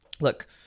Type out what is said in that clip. look